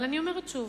אבל אני אומרת שוב,